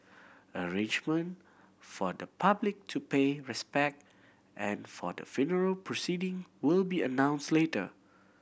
arrangement for the public to pay respect and for the funeral proceeding will be announced later